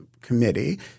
committee